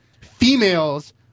females